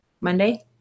Monday